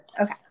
okay